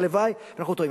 הלוואי שאנחנו טועים.